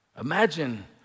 Imagine